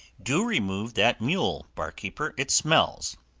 do remove that mule, barkeeper it smells.